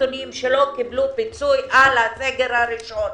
משפחתונים שלא קיבלו פיצוי עבור הסגר הראשון.